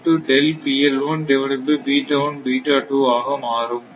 இதுஆக மாறும்